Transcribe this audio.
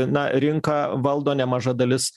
na rinką valdo nemaža dalis